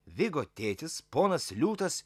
vigo tėtis ponas liūtas